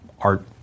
art